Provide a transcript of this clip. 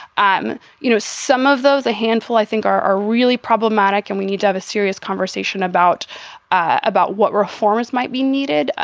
um you know, some of those a handful, i think are are really problematic. and we need to have a serious conversation about about what reforms might be needed. ah